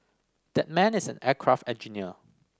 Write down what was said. that man is an aircraft engineer